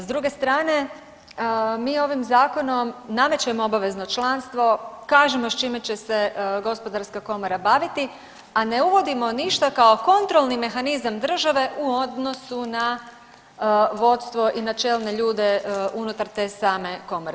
S druge strane, mi ovim zakonom namećemo obavezno članstvo, kažemo s čime će se Gospodarska komora baviti, a ne uvodimo ništa kao kontrolni mehanizam države u odnosu na vodstvo i na čelne ljude unutar te same komore.